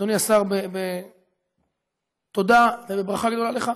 אדוני השר, בתודה ובברכה גדולה לך,